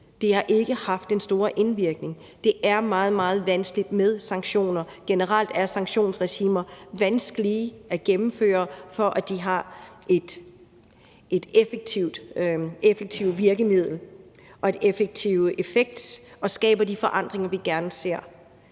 Det har ikke haft den store indvirkning. Det er meget, meget vanskeligt med sanktioner. Generelt er sanktionsregimer vanskelige at gennemføre, for at de er et effektivt virkemiddel og har effekter og skaber de forandringer, vi gerne ser.